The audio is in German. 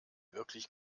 wirklich